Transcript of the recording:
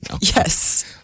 Yes